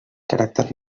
caràcter